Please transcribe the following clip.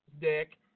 dick